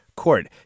Court